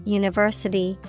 university